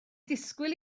disgwyl